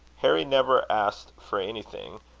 harry never asked for anything,